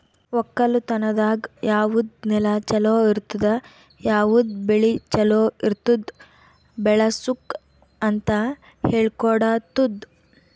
ಒಕ್ಕಲತನದಾಗ್ ಯಾವುದ್ ನೆಲ ಛಲೋ ಇರ್ತುದ, ಯಾವುದ್ ಬೆಳಿ ಛಲೋ ಇರ್ತುದ್ ಬೆಳಸುಕ್ ಅಂತ್ ಹೇಳ್ಕೊಡತ್ತುದ್